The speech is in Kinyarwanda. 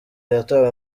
yatawe